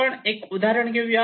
आपण एक उदाहरण घेऊ